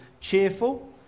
cheerful